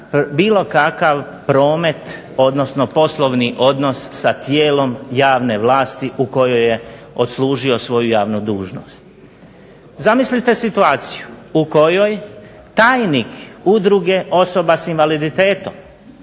bilo kakav promet odnosno poslovni odnos sa tijelom javne vlasti u kojoj je odslužio svoju javnu dužnost? Zamislite situaciju u kojoj tajnik Udruge osoba s invaliditetom